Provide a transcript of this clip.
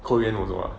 korean also ah